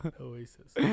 Oasis